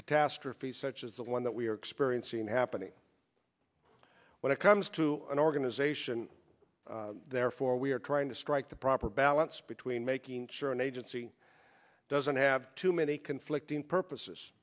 catastrophe such as the one that we are experiencing happening when it comes to an organization therefore we are trying to strike the proper balance between making sure an agency doesn't have too many conflicting purposes